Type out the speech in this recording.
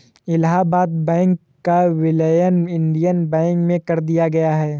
Allahabad Bank का विलय Indian Bank में कर दिया गया है